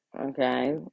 okay